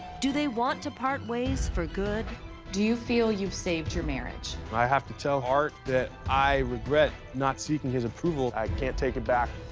do they want to part ways for good. griffin do you feel you've saved your marriage? i have to tell art that i regret not seeking his approval. i can't take it back.